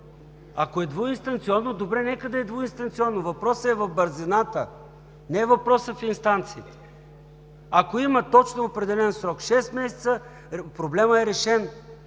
Ако е двуинстанционно, добре, нека да е двуинстанционно. Въпросът е в бързината, не е въпросът в инстанциите. Ако има точно определен срок – шест месеца, проблемът е решен.